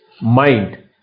mind